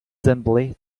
simply